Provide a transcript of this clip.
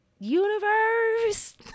universe